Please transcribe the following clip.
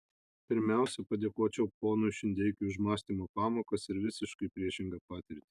pirmiausia padėkočiau ponui šindeikiui už mąstymo pamokas ir visiškai priešingą patirtį